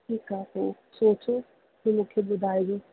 ठीकु आहे पोइ सोचो पोइ मूंखे ॿुधाइजो